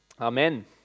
Amen